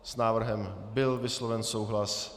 S návrhem byl vysloven souhlas.